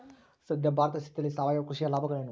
ಸದ್ಯ ಭಾರತದ ಸ್ಥಿತಿಯಲ್ಲಿ ಸಾವಯವ ಕೃಷಿಯ ಲಾಭಗಳೇನು?